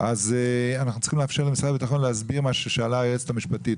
אז אנחנו צריכים לאפשר למשרד הביטחון להסביר מה ששאלה היועצת המשפטית,